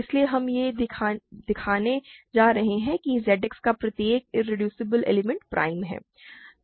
इसलिए हम यह दिखाने जा रहे हैं कि Z X का प्रत्येक इरेड्यूसिबल एलिमेंट प्राइम है